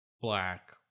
black